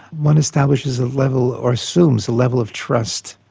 one establishes a level, or assumes a level of trust.